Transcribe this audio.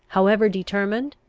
however determined,